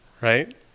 Right